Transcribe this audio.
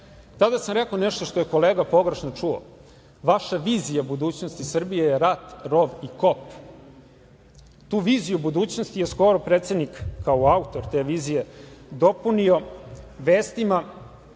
Tada sam rekao nešto što je kolega pogrešno čuo – vaša vizija budućnosti Srbije je rat, rov i kop. Tu viziju budućnosti je skoro predsednik, kao autor te vizije, dopunio vestima